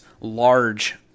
large